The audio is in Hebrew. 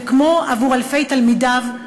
וכמו עבור אלפי תלמידיו,